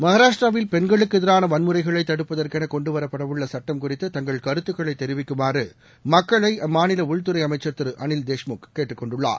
மகராஷ்டிராவில் பெண்களுக்கு எதிரான வன்முறைகளை தடுப்பதற்கென கெண்டுவரப்படவுள்ள சுட்டம் குறித்து தங்கள் கருத்துகளை தெரிவிக்குமாறு மக்களை அம்மாநில உள்துறை அமைச்சா் திரு அனில் தேஷ்முக் கேட்டுக்கொண்டுள்ளார்